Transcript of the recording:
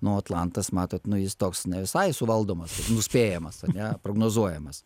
nu atlantas matot nu jis toks ne visai suvaldomas nuspėjamas ane prognozuojamas